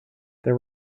there